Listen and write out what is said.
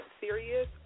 serious